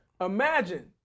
Imagine